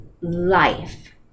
life